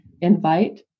invite